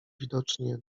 widocznie